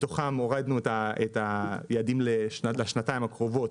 מתוכם הורדנו את היעדים לשנתיים הקרובות.